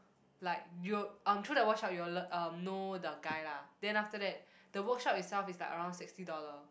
like you'll um through the workshop you will learn um know the guy lah then after that the workshop itself is like around sixty dollar